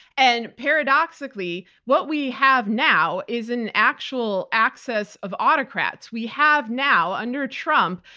and paradoxically what we have now is an actual axis of autocrats. we have now, under trump,